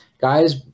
Guys